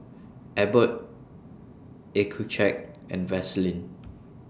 Abbott Accucheck and Vaselin